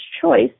choice